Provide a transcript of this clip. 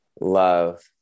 love